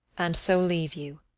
and so leave you.